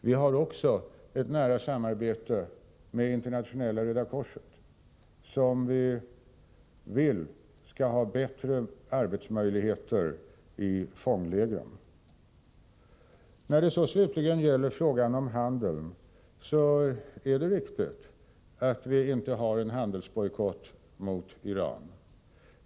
Vi har också ett nära samarbete med Internationella röda korset, som vi vill skall få bättre arbetsmöjligheter i fånglägren. När det slutligen gäller frågan om handeln är det riktigt att vi inte har en handelsbojkott mot Iran.